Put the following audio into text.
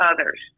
others